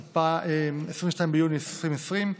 22 ביוני 2020,